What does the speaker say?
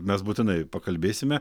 mes būtinai pakalbėsime